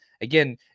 Again